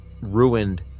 ruined